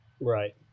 Right